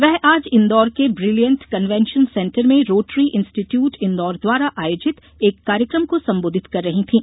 वे आज इंदौर के brilliant convention centre में रोटरी इंस्टिट्यूट इंदौर द्वारा आयोजित एक कार्यक्रम को संबोधित कर रहीं थीं